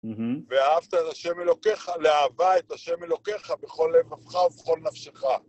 ואהבת את ה' אלוקיך, לאהבה את ה' אלוקיך בכל לבבך ובכל נפשך.